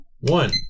one